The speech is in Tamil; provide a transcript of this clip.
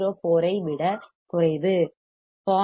04 ஐ விடக் குறைவு 0